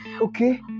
okay